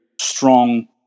strong